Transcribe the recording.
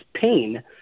pain